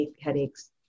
headaches